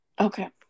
Okay